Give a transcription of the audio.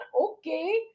Okay